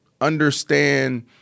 understand